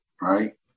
right